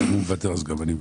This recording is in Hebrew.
אם הוא מוותר אז גם אני מוותר.